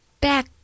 back